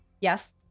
Yes